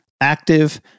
active